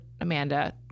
Amanda